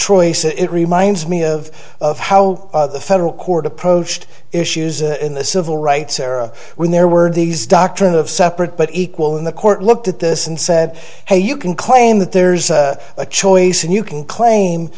choice it reminds me of of how the federal court approached issues in the civil rights era when there were these doctrine of separate but equal when the court looked at this and said hey you can claim that there's a choice and you can claim